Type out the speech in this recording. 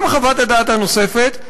גם חוות הדעת הנוספת,